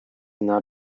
not